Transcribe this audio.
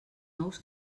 nous